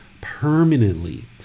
permanently